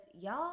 y'all